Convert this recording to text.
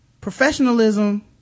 Professionalism